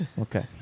Okay